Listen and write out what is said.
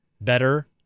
better